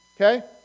Okay